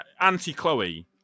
anti-chloe